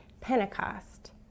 Pentecost